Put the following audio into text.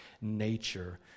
nature